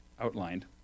outlined